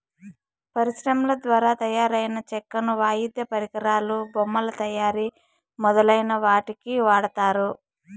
పరిశ్రమల ద్వారా తయారైన చెక్కను వాయిద్య పరికరాలు, బొమ్మల తయారీ మొదలైన వాటికి వాడతారు